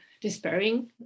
despairing